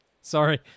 Sorry